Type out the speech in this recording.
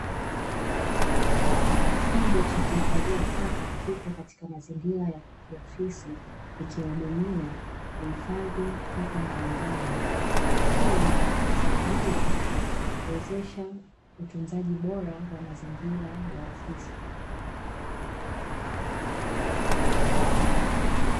Chombo cha kuhifadhia taka kipo kwenye mazingira ya kiofisi, ikihudumia uhifadhi taka mbalimbali. Hii husaidia kuwezesha, utunzaji bora wa mazingira ya ofisi.